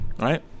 Right